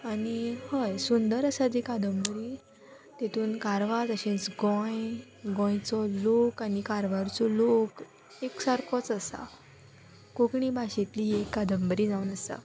आनी हय सुंदर आसा ती कादंबरी तितून कारवार तशेंच गोंय गोंयचो लोक आनी कारवारचो लोक एक सारकोच आसा कोंकणी भाशेंतली एक कादंबरी जावन आसा